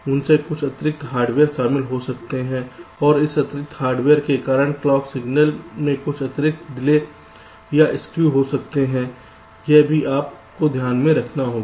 इसमें कुछ अतिरिक्त हार्डवेयर शामिल हो सकते हैं और इस अतिरिक्त हार्डवेयर के कारण क्लॉक सिग्नल में कुछ अतिरिक्त डिले या स्कू हो सकता है यह भी आपको ध्यान में रखना होगा